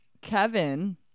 Kevin